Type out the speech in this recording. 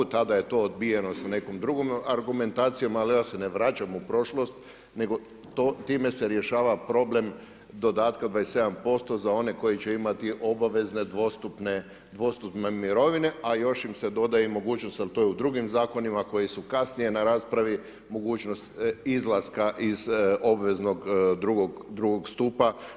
Tada je to odbijeno sa nekom drugom argumentacijom, ali ja se ne vraćam u prošlost nego time se rješava problem dodatka 27% za one koji će imati obavezne dvostupne mirovine a još im se dodaje i mogućnost jer to je u drugim zakonima koji su kasnije na raspravi mogućnost izlaska iz obveznog drugog stupa.